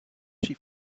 she